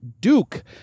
Duke